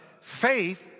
faith